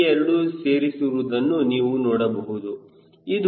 ಈ ಎರಡು ಸೇರಿಸುವುದನ್ನು ನೀವು ನೋಡಬಹುದು